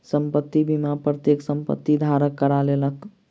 संपत्ति बीमा प्रत्येक संपत्ति धारक करा लेलक